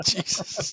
Jesus